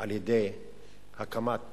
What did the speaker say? על-ידי הקמת